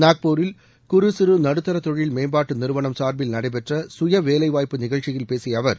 நாக்பூரில் குறு சிறு நடுத்தர தொழில் மேம்பாட்டு நிறுவனம் சார்பில் நடைபெற்ற சுயவேலைவாய்ப்பு நிகழ்ச்சியில் பேசிய அவர்